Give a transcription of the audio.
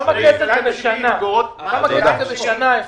מה ההפרש בשנה?